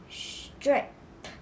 strip